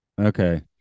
okay